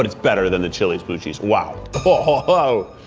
it's better than the chili's blue cheese, wow. ah whoa,